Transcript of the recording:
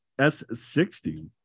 S60